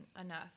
enough